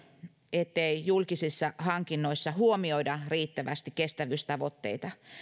ettei julkisissa hankinnoissa huomioida riittävästi kestävyystavoitteita